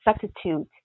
substitute